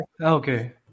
okay